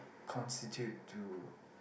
constitute to